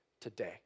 today